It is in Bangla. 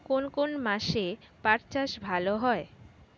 কোন কোন মাসে পাট চাষ ভালো হয়?